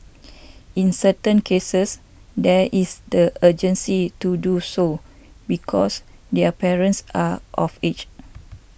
in certain cases there is the urgency to do so because their parents are of age